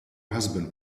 husband